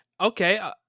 Okay